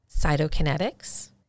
Cytokinetics